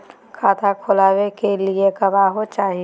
खाता खोलाबे के लिए गवाहों चाही?